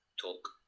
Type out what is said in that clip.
Talk